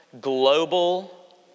global